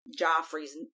Joffrey's